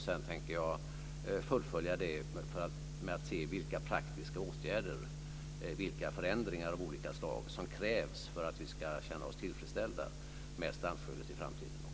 Sedan tänker jag fullfölja det med att se vilka praktiska åtgärder, vilka förändringar av olika slag, som krävs för att vi ska känna oss tillfredsställda med strandskyddet i framtiden också.